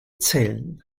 zellen